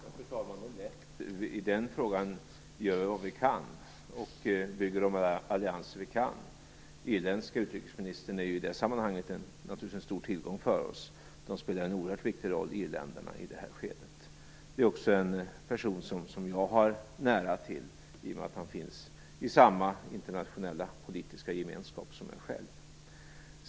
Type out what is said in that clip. Fru talman! I den frågan gör vi vad vi kan och bygger de allianser vi kan. Den irländske utrikesministern är naturligtvis en stor tillgång för oss i det sammanhanget. Irländarna spelar en oerhört viktig roll i det här skedet. Det är också en person som jag har nära till i och med att han finns med i samma internationella politiska gemenskap som jag själv.